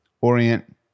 orient